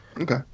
Okay